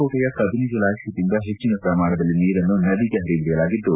ಕೋಟೆಯ ಕಬಿನಿ ಜಲಾಶಯದಿಂದ ಹೆಚ್ಚಿನ ಪ್ರಮಾಣದಲ್ಲಿ ನೀರನ್ನು ನದಿಗೆ ಹರಿಯಬಿಡಲಾಗಿದ್ದು